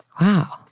wow